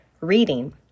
reading